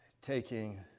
taking